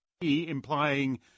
implying